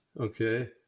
okay